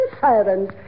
sirens